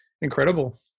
incredible